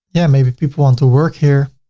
yeah maybe people want to work here.